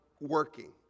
working